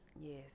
Yes